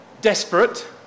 Desperate